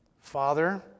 Father